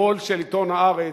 המו"ל של עיתון "הארץ",